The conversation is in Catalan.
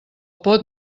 pot